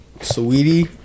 sweetie